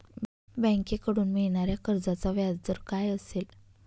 बँकेकडून मिळणाऱ्या कर्जाचा व्याजदर काय असेल?